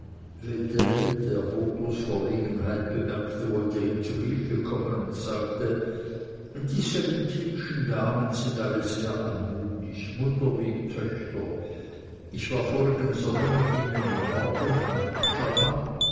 der bothos verlegenheit bemerkte wollte ihm zu hilfe kommen und sagte die sellenthinschen damen sind alle sehr anmutig mutter wie töchter ich war vorigen sommer mit ihnen in